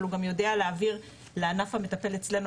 אבל הוא גם יודע להעביר לענף המטפל אצלנו,